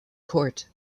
court